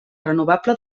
renovable